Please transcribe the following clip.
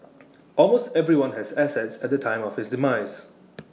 almost everyone has assets at the time of his demise